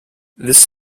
this